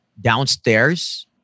downstairs